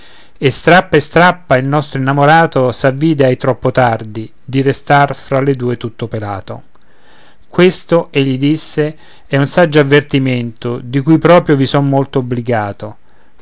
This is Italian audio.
e strappa e strappa il nostro innamorato si avvide ahi troppo tardi di restar fra le due tutto pelato questo egli disse è un saggio avvertimento di cui proprio vi son molto obbligato